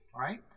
Right